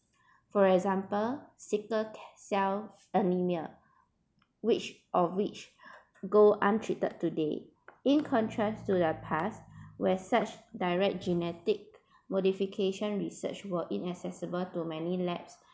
for example sickle cell anaemia which of which go untreated today in contrast to the past where such direct genetic modification research were inaccessible to many labs